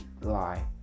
lie